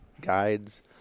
guides